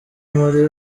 muri